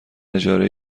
اجاره